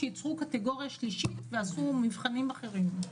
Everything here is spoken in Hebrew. שייצרו קטגוריה שלישית ועשו מבחנים אחרים.